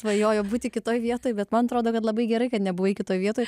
svajojo būti kitoj vietoj bet man atrodo kad labai gerai kad nebuvai kitoj vietoj